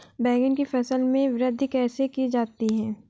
बैंगन की फसल में वृद्धि कैसे की जाती है?